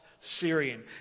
Syrian